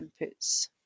inputs